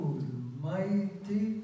Almighty